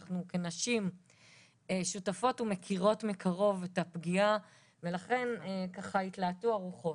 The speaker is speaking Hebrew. אנחנו כנשים שותפות ומכירות מקרוב את הפגיעה ולכן ככה התלהטו הרוחות.